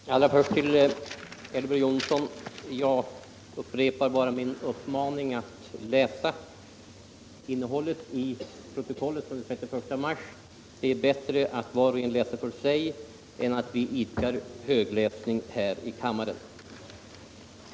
Herr talman! Först vill jag till herr Elver Jonsson upprepa min uppmaning att läsa innehållet i protokollet för den 31 mars. Det är bättre att var och en läser för sig än att vi idkar högläsning här i kammaren.